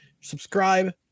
subscribe